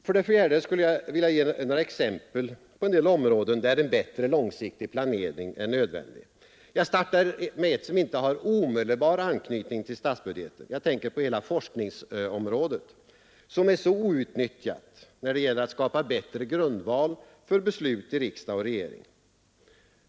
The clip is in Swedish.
För det fjärde skulle jag vilja ge exempel på några områden, där en bättre långsiktig planering är nödvändig. Jag börjar med ett som inte har omedelbar anknytning till statsbudgeten. Jag tänker på hela forskningsområdet, som är så outnyttjat när det gäller att skapa bättre grundval för beslut i riksdag och i regering.